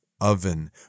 oven